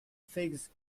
figs